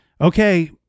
okay